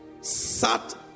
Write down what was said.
sat